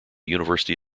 university